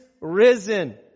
risen